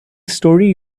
story